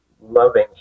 loving